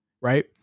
Right